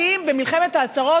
שיא השיאים במלחמת ההצהרות,